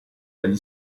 dagli